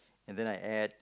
and then I add